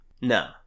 No